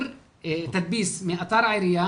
תדפיס מאתר העירייה,